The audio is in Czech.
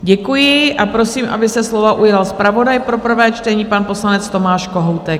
Děkuji a prosím, aby se slova ujal zpravodaj pro prvé čtení, pan poslanec Tomáš Kohoutek.